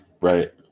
Right